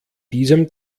diesem